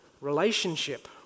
relationship